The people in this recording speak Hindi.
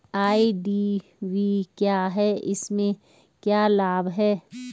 आई.डी.वी क्या है इसमें क्या लाभ है?